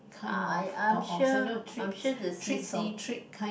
I I'm sure I'm sure the c_c